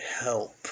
help